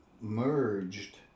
merged